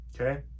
Okay